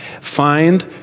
find